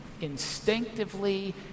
instinctively